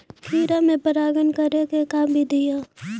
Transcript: खिरा मे परागण करे के का बिधि है?